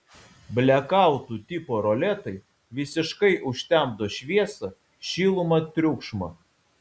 blekautų tipo roletai visiškai užtemdo šviesą šilumą triukšmą